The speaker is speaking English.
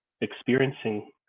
experiencing